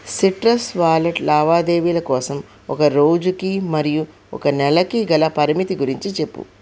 citrus wallet లావాదేవీల కోసం ఒక రోజుకి మరియు ఒక నెలకి గల పరిమితి గురించి చెప్పు